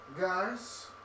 guys